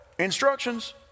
Instructions